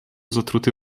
zatruty